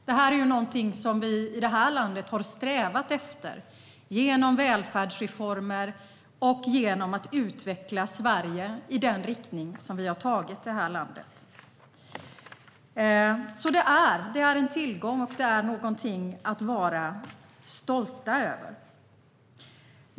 Det är någonting som vi i det här landet har strävat efter genom välfärdsreformer och genom att utveckla Sverige i den riktning som vi har tagit landet i. Det är alltså en tillgång, och det är någonting att vara stolt över.